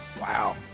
Wow